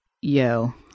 yo